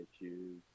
issues